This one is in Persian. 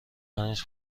پنج